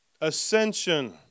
ascension